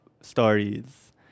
stories